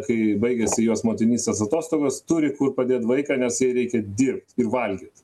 kai baigėsi jos motinystės atostogos turi kur padėt vaiką nes jai reikia dirbt ir valgyt